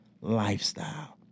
lifestyle